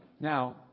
Now